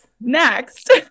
Next